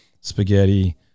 spaghetti